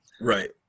Right